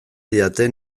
didate